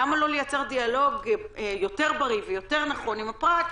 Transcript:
למה לא לייצר דיאלוג יותר בריא ויותר נכון עם הפרט,